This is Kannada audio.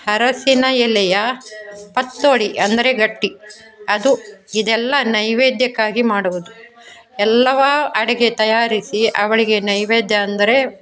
ಅರಶಿನ ಎಲೆಯ ಪತ್ರೊಡೆ ಅಂದರೆ ಗಟ್ಟಿ ಅದು ಇದೆಲ್ಲ ನೈವೇದ್ಯಕ್ಕಾಗಿ ಮಾಡುವುದು ಎಲ್ಲವು ಅಡುಗೆ ತಯಾರಿಸಿ ಅವಳಿಗೆ ನೈವೇದ್ಯ ಅಂದರೆ